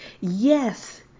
Yes